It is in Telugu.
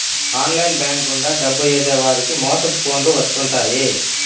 ఆన్లైన్ బ్యాంక్ గుండా డబ్బు ఏసేవారికి మోసపు ఫోన్లు వత్తుంటాయి